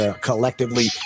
Collectively